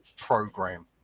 program